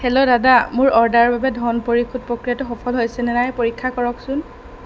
hello দাদা মোৰ অৰ্ডাৰৰ বাবে ধন পৰিশোধ প্ৰক্ৰিয়াটো সফল হৈছেনে নাই পৰীক্ষা কৰকচোন